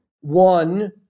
One